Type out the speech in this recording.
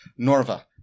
Norva